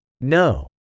No